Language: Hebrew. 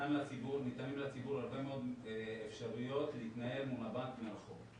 ניתנות לציבור הרבה מאוד אפשרויות להתנהל מול הבנק מרחוק.